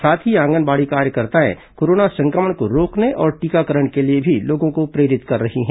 साथ ही आंगनबाड़ी कार्यकर्ताएं कोरोना संक्रमण को रोकने और टीकाकरण के लिए भी लोगों को प्रेरित कर रही हैं